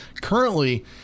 Currently